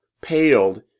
paled